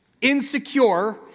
insecure